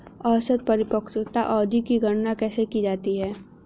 औसत परिपक्वता अवधि की गणना कैसे की जाती है?